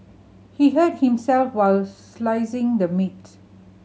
he hurt himself while slicing the meat